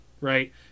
right